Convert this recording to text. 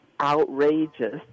outrageous